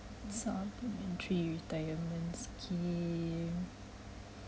some entry retirement scheme